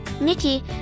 Mickey